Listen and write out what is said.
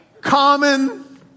Common